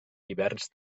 hiverns